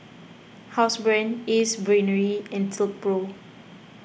Housebrand Ace Brainery and Silkpro